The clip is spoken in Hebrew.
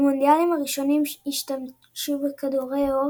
במונדיאלים הראשונים השתמשו בכדורי עור